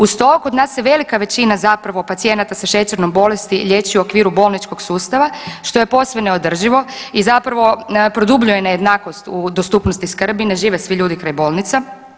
Uz to se kod nas se velika većina pacijenata sa šećernom bolesti liječi u okviru bolničkog sustava što je posve neodrživo i zapravo produbljuje nejednakost u dostupnosti skrbi, ne žive svi ljudi kraj bolnica.